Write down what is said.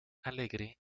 alegre